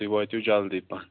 تُہۍ وٲتِو جلدی پَہم